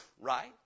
Right